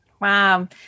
Wow